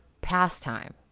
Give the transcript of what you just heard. pastime